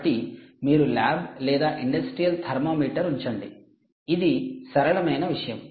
కాబట్టి మీరు ల్యాబ్ లేదా ఇండస్ట్రియల్ థర్మామీటర్ ఉంచండి ఇది సరళమైన విషయం